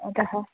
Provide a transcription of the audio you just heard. अतः